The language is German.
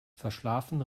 verschlafen